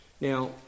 Now